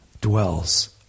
Dwells